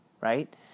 right